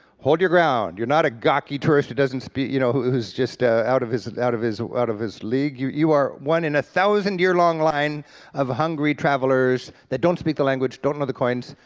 hold your ground. you're not a gawky tourists who doesn't speak you know, who who is just ah out of his, out of his, out of his league, you you are one in a thousand year long line of hungry travelers that don't speak the language, don't know the coins,